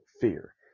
fear